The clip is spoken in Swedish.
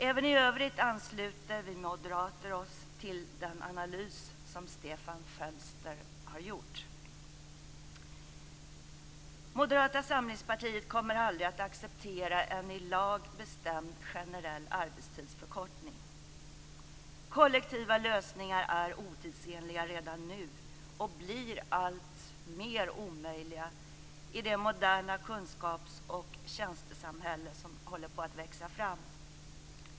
Även i övrigt ansluter vi moderater oss till den analys som Stefan Fölster har gjort. Moderata samlingspartiet kommer aldrig att acceptera en i lag bestämd generell arbetstidsförkortning. Kollektiva lösningar är otidsenliga redan nu och blir alltmer omöjliga i det moderna kunskaps och tjänstesamhälle som håller på att växa fram.